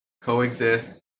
coexist